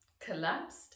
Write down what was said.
collapsed